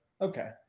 Okay